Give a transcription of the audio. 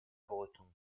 breton